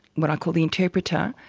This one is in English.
what i call the interpreter,